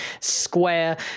Square